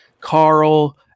Carl